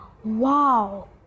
Wow